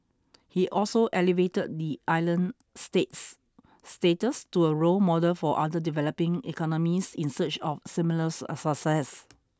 he also elevated the island state's status to a role model for other developing economies in search of similar success